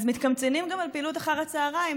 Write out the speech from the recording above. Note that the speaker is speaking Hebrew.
ואז מתקמצנים גם על פעילות אחר הצוהריים,